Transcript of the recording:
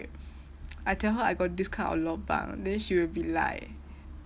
I tell her I got discount or lobang then she will be like